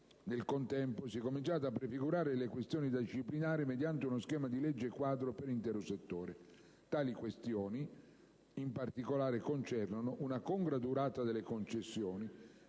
Nel contempo si è cominciato a prefigurare le questioni da disciplinare mediante uno schema di legge quadro per l'intero settore. Tali questioni in particolare concernono: una congrua durata delle concessioni